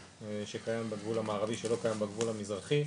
שקיים בגבול המערבי שלא קיים בגבול המזרחי,